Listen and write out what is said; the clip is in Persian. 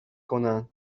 کنن